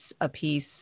apiece